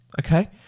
Okay